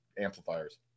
amplifiers